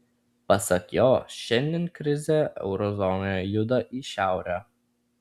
pasak jo šiandien krizė euro zonoje juda į šiaurę